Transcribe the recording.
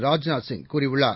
ராஜ்நாத் சிங் கூறியுள்ளார்